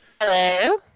Hello